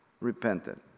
repented